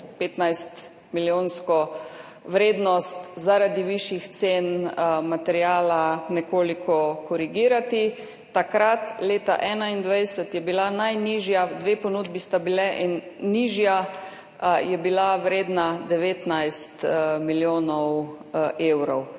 15-milijonsko vrednost zaradi višjih cen materiala nekoliko korigirati. Takrat leta 2021 je bila najnižja. Dve ponudbi sta bili in nižja je bila vredna 19 milijonov evrov.